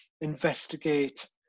investigate